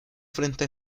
frente